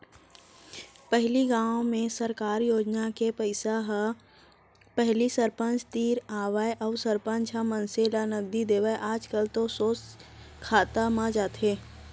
पहिली गाँव में सरकार योजना के पइसा ह पहिली सरपंच तीर आवय अउ सरपंच ह मनसे ल नगदी देवय आजकल तो सोझ खाता म जाथे